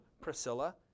Priscilla